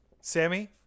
Sammy